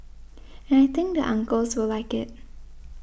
and I think the uncles will like it